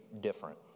different